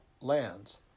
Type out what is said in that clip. lands